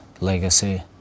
legacy